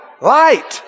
Light